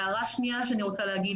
הערה שנייה שאני רוצה להעיר.